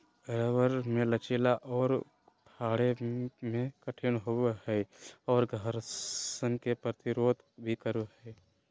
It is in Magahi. रबर मे लचीला आर फाड़े मे कठिन होवो हय आर घर्षण के प्रतिरोध भी करो हय